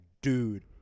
Dude